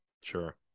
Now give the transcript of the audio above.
Sure